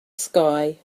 sky